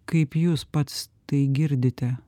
kaip jūs pats tai girdite